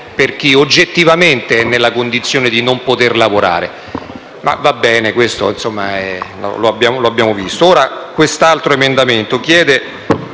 per chi oggettivamente è nella condizione di non poter lavorare. Va bene, questo lo abbiamo visto. Ora, l'emendamento 1.0.24